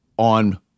on